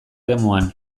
eremuan